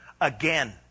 again